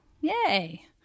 Yay